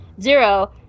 Zero